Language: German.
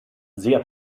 sehr